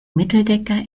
mitteldecker